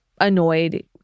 annoyed